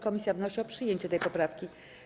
Komisja wnosi o przyjęcie tej poprawki.